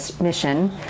mission